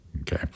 okay